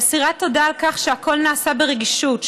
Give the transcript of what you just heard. והיא אסירת תודה על כך שהכול נעשה ברגישות,